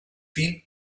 film